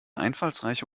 einfallsreiche